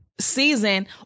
season